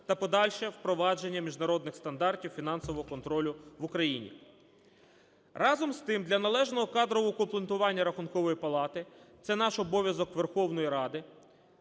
та подальше впровадження міжнародних стандартів фінансового контролю в Україні. Разом з тим, для належного кадрового укомплектування Рахункової палати (це наш обов'язок, Верховної Ради, –